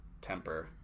temper